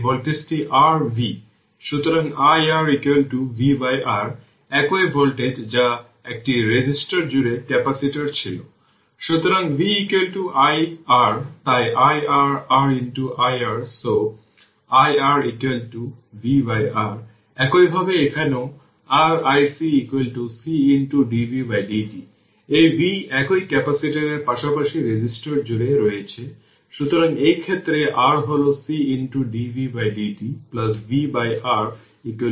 তাই যখন t 5 τ তখন এটি 1 শতাংশের কম হয় তাই এখানে 5 বার কনস্ট্যান্ট এর পরে ক্যাপাসিটর সম্পূর্ণরূপে ডিসচার্জ বা সম্পূর্ণভাবে চার্জ হলে অনুমান করার প্রথা